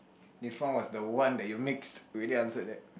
this one was the one that you mixed we did answer that